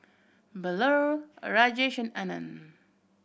Bellur Rajesh Anand